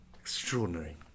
Extraordinary